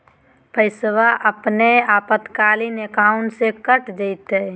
पैस्वा अपने आपातकालीन अकाउंटबा से कट जयते?